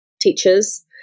teachers